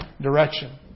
direction